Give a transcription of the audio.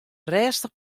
rêstich